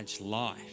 life